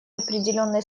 определённой